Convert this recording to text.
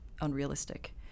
unrealistic